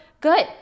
Good